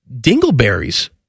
dingleberries